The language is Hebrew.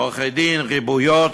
עורכי-דין וריביות,